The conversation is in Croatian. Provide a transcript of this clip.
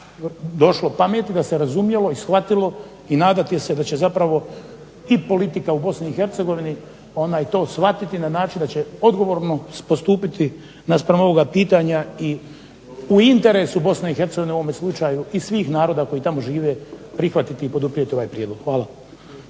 došlo pameti, da se razumjelo i shvatilo i nadati se da će zapravo i politika u Bosni i Hercegovini to shvatiti na način da će odgovorno postupiti naspram ovoga pitanja i u interesu Bosne i Hercegovine u ovome slučaju i svih naroda koji tamo žive prihvatiti i poduprijeti ovaj prijedlog. Hvala.